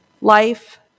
Life